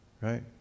right